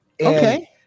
Okay